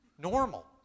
normal